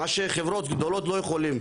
מה שחברות גדולות לא יכולות.